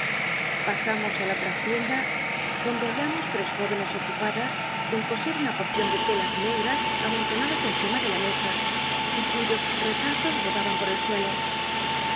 asamos i la trastienda donde hallamos hcs jóycnes ocupadas en coser una porcion le lelas negras amontonadas encima de la me a y cuyos retazos rodaban por el neto